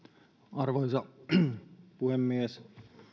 arvoisa puhemies